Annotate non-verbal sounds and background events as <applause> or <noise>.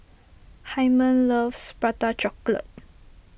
Hymen loves Prata Chocolate <noise>